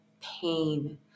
pain